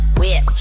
whip